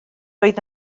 oedd